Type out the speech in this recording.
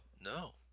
no